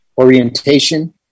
orientation